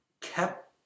kept